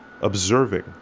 observing